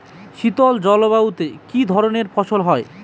শীতল জলবায়ুতে কি ধরনের ফসল হয়?